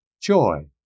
joy